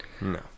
No